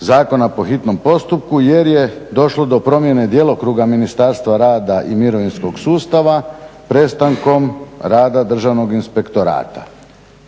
zakona po hitnom postupku jer je došlo do promjene djelokruga Ministarstva rada i mirovinskog sustava prestankom rada Državnog inspektorata.